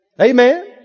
Amen